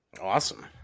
Awesome